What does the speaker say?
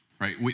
right